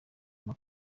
muri